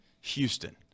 Houston